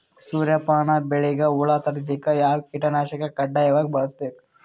ಸೂರ್ಯಪಾನ ಬೆಳಿಗ ಹುಳ ತಡಿಲಿಕ ಯಾವ ಕೀಟನಾಶಕ ಕಡ್ಡಾಯವಾಗಿ ಬಳಸಬೇಕು?